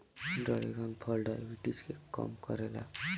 dragon फल diabetes के कम करेला